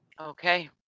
Okay